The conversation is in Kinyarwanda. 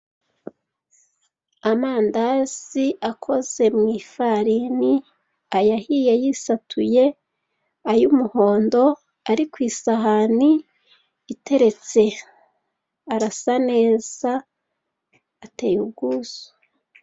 Amandazi akoze mu ifarini, ayahiye yisatuye ay'umuhondo ari ku isahani iteretse arasa neza ateye ubwuzu.